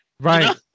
Right